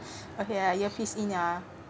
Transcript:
okay ah I earpiece in ah